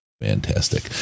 fantastic